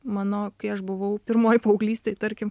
mano kai aš buvau pirmoj paauglystėj tarkim